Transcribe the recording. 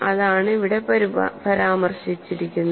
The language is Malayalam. അതാണ് ഇവിടെ പരാമർശിച്ചിരിക്കുന്നത്